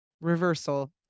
reversal